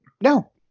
No